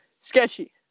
Sketchy